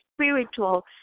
spiritual